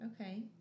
Okay